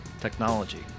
technology